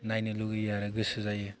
नायनो लुबैयो आरो गोसो जायो